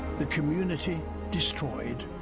the community destroyed.